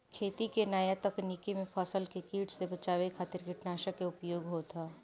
खेती के नया तकनीकी में फसल के कीट से बचावे खातिर कीटनाशक के उपयोग होत ह